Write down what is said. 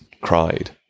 cried